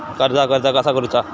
कर्जाक अर्ज कसा करुचा?